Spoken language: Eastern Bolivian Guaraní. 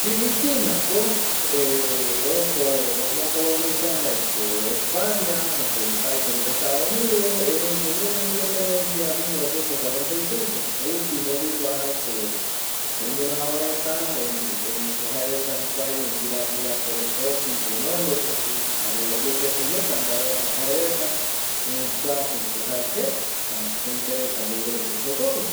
Filipina ko ojo omo colonisa jaeko españa jokogui taɨkue rupi estados unido ereiko guɨnoi independencia mil noveciento cuarentai sei pe, ultimo oyekua jaeko oñoraro reta erei ko jae reta jekuaeño guɨra guɨra korepoti tenonde kotɨ jare o yepe tei jeta mbae vuaja jae reta erei kuape ko jae jeta vi gente reta yoguɨreko jokope